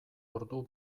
ordu